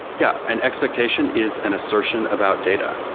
yeah. an expectation is an assertion about data.